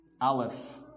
Aleph